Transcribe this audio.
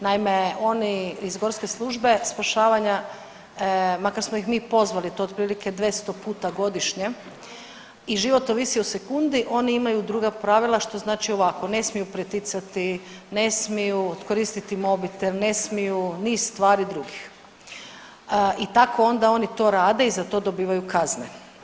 Naime oni iz HGSS-a makar smo ih mi pozvali to je otprilike 200 puta godišnje i život ovisi o sekundi oni imaju druga pravila što znači ovako ne smiju preticati, ne smiju koristiti mobitel, ne smiju niz stvari drugih i tako onda oni to rade i za to dobivaju kazne.